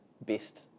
best